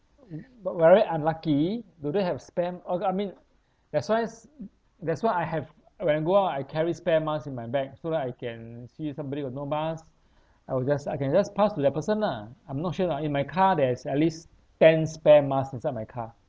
but very unlucky do they have spare okay I mean that's whys that's why I have when I go out I carry spare masks in my bag so that I can see somebody got no mask I will just I can just pass to that person lah I'm not sure lah in my car there is at least ten spare masks inside my car